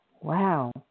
Wow